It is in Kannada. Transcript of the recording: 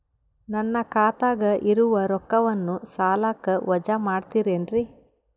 ನನ್ನ ಖಾತಗ ಇರುವ ರೊಕ್ಕವನ್ನು ಸಾಲಕ್ಕ ವಜಾ ಮಾಡ್ತಿರೆನ್ರಿ?